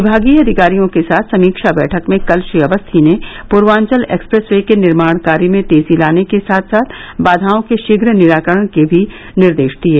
विभागीय अधिकारियों के साथ समीक्षा बैठक में कल श्री अवस्थी ने पूर्वाचल एक्सप्रेस वे के निर्माण कार्य में तेजी लाने के साथ साथ बघाओं के शीघ्र निराकरण के भी निर्देश दिये